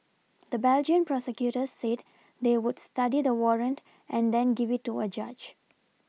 the Belgian prosecutors said they would study the warrant and then give it to a judge